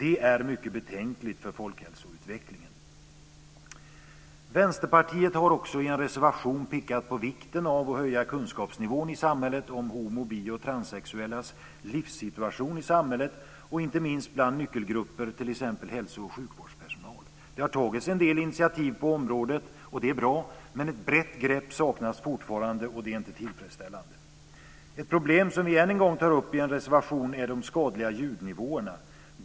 Det är mycket betänkligt för folkhälsoutvecklingen. Vänsterpartiet har också i en reservation pekat på vikten av att höja kunskapsnivån i samhället om homo-, bi och transsexuellas livssituation, inte minst bland nyckelgrupper som hälso och sjukvårdspersonal. Det har tagits en del initiativ på området, och det är bra. Men ett brett grepp saknas fortfarande, och det är inte tillfredsställande. Ett problem som vi än en gång tar upp i en reservation är de skadliga ljudnivåerna.